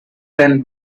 than